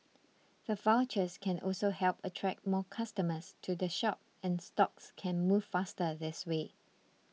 the vouchers can also help attract more customers to the shop and stocks can move faster this way